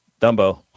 dumbo